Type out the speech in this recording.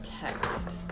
text